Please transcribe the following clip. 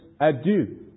adieu